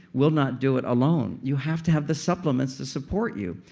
will not do it alone. you have to have the supplements to support you.